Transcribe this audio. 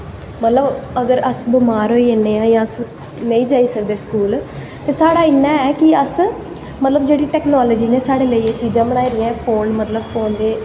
मतलव अस बमार होई जन्नें आं जां अस नेंई जाई सकदे स्कूल ते साढ़ा इन्ना ऐ कि अस मतलव जेह्ड़ी टैकनॉलजी नै साढ़े लेई एह् चीज़ां बनाई दियां नैं